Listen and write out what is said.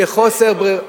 מחוסר ברירה,